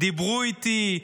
דיברו איתי,